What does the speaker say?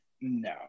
No